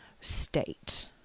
state